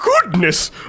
Goodness